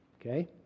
Okay